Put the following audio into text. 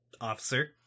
Officer